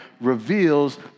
reveals